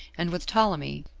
and with ptolemy,